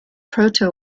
proto